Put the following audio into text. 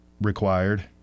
required